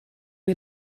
ihr